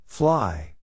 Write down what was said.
Fly